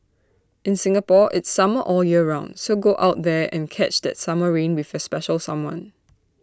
in Singapore it's summer all year round so go out there and catch that summer rain with special someone